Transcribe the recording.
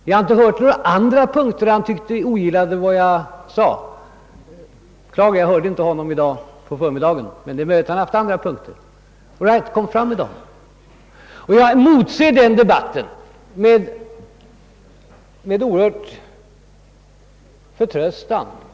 Vi har inte fått redovisat om han på några andra punkter ogillar vad jag sade. Jag hörde inte hans inlägg under förmiddagen, men om han då tog upp några ytterligare punkter har han tillfälle att föra fram dessa nu. Jag motser denna diskussion med synnerligen stor förtröstan.